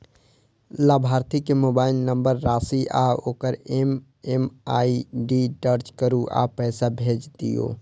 लाभार्थी के mobile number, राशि आ ओकर एम.एम.आई.डी दर्ज करू आ पैसा भेज दियौ